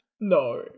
no